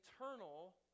eternal